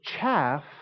chaff